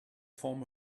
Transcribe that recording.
form